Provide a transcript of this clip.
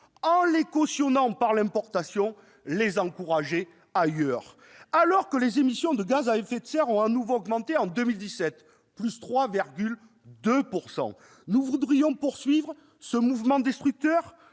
en les cautionnant par l'importation ! Alors que les émissions de gaz à effet de serre ont de nouveau augmenté en 2017, de 3,2 %, nous voudrions poursuivre ce mouvement destructeur ?